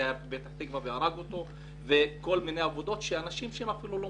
זה היה בפתח תקווה כל מיני עבודות של אנשים שאינם מוסמכים.